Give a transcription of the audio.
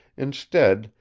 instead,